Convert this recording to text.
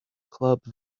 club